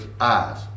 eyes